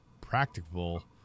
practical